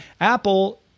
Apple